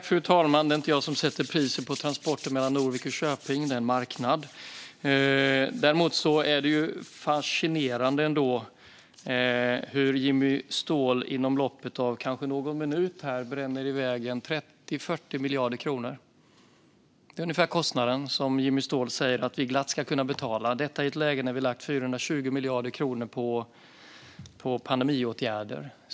Fru talman! Det är inte jag som sätter priset på transporter mellan Norvik och Köping, utan det är en marknad. Däremot är det fascinerande hur Jimmy Ståhl, inom loppet av kanske någon minut, bränner i väg 30-40 miljarder kronor. Det är ungefär den kostnad som Jimmy Ståhl säger att vi glatt ska kunna betala, detta i ett läge där vi lagt 420 miljarder kronor på pandemiåtgärder.